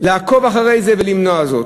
לעקוב אחרי זה ולמנוע זאת.